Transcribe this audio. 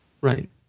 Right